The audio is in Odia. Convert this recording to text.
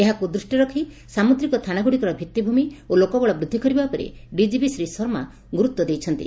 ଏହାକୁ ଦୃଷ୍ଟିରେ ରଖି ସାମୁଦ୍ରିକ ଥାନାଗୁଡ଼ିକର ଭିଉିଭ୍ମି ଓ ଲୋକ ବଳ ବୃଦ୍ଧି କରିବା ଉପରେ ଡିକିପି ଶର୍ମା ଗୁରୁତ୍ୱ ଦେଇଛନ୍ତି